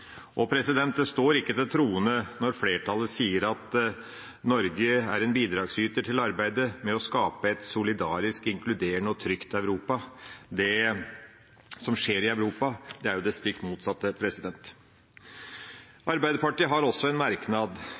Og det står ikke til troende når flertallet sier at Norge er «en bidragsyter til arbeidet med å skape et solidarisk, inkluderende og trygt Europa». Det som skjer i Europa, er jo det stikk motsatte. Arbeiderpartiet har også en merknad,